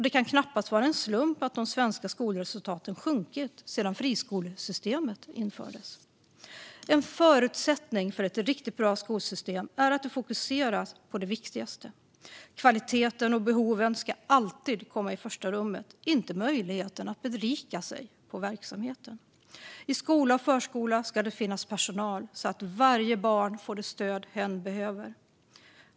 Det kan knappast vara en slump att de svenska skolresultaten sjunkit sedan friskolesystemet infördes. En förutsättning för ett riktigt bra skolsystem är att det fokuserar på det viktigaste. Kvaliteten och behoven ska alltid komma i första rummet, inte möjligheten att berika sig på verksamheten. I skola och förskola ska det finnas personal så att varje barn får det stöd hen behöver.